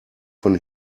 von